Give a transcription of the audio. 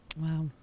Wow